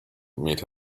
meet